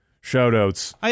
shout-outs